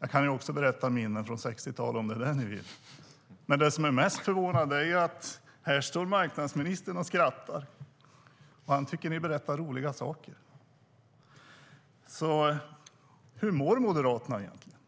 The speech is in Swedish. Jag kan också berätta minnen från 1960-talet om det är det ni vill. Det som är mest förvånande är att marknadsministern står här och skrattar. Han tycker att ni berättar roliga saker. Så hur mår Moderaterna egentligen?